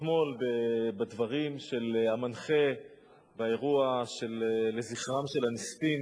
אתמול בדברים של המנחה באירוע לזכרם של הנספים